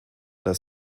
das